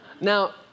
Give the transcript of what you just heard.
Now